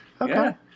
Okay